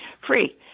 Free